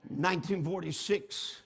1946